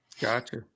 Gotcha